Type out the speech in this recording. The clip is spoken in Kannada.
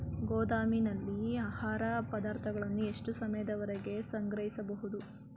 ಗೋದಾಮಿನಲ್ಲಿ ಆಹಾರ ಪದಾರ್ಥಗಳನ್ನು ಎಷ್ಟು ಸಮಯದವರೆಗೆ ಸಂಗ್ರಹಿಸಬಹುದು?